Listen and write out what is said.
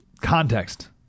context